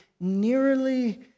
nearly